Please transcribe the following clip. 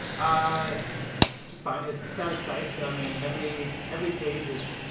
ah just fine. it's a static site so i mean every every page is,